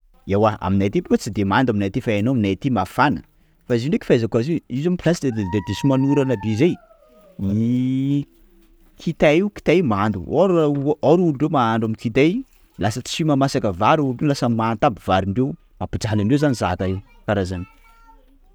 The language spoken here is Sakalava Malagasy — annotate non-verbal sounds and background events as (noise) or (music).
Ewa aminay aty bôka tsy de mando aminay aty fa haiao aminay aty mafana; fa izy io ndreky fahaizako io, io zao plaste- de diso manorana be zay (hesitation) kitay io, kitay io mando, ôro- ôro olo reo mahandro amin'ny kitay; lasa tsy mamasaka vary olo reo, lasa manta aby varin-dreo! mampijaly andreo zany zaka iny.